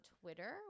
Twitter